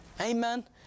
Amen